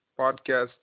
podcast